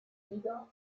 wieder